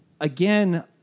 again